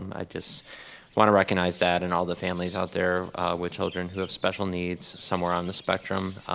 um i just want to recognize that, and all the families out there with children who have special needs somewhere on the spectrum.